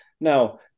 now